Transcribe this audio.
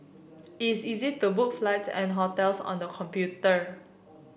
is easy to book flights and hotels on the computer